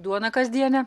duona kasdienė